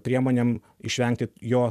priemonėm išvengti jo